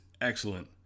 excellent